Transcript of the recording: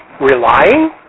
relying